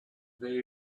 very